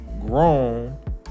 grown